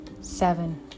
seven